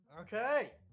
Okay